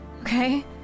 Okay